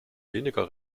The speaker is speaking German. weniger